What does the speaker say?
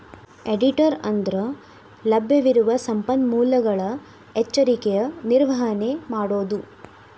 ಆಡಿಟರ ಅಂದ್ರಲಭ್ಯವಿರುವ ಸಂಪನ್ಮೂಲಗಳ ಎಚ್ಚರಿಕೆಯ ನಿರ್ವಹಣೆ ಮಾಡೊದು